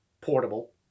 portable